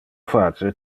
face